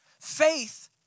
Faith